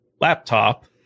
laptop